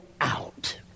out